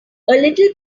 little